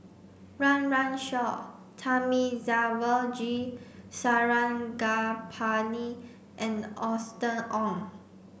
Run Run Shaw Thamizhavel G Sarangapani and Austen Ong